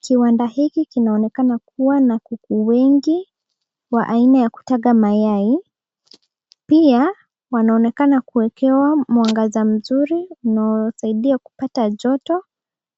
Kiwanda hiki kinaonekana kuwa na kuku wengi wa aina ya kutaga mayai pia wanaonekana kuwekewa mwangaza mzuri unaosaidia kupata joto